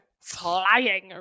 flying